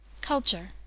Culture